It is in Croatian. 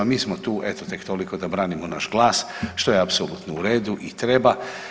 Mi smo tu eto tek toliko da branim naš glas što je apsolutno u redu i treba.